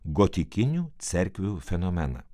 gotikinių cerkvių fenomeną